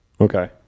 okay